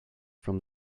from